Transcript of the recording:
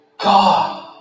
God